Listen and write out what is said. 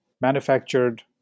manufactured